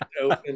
open